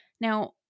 Now